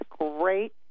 great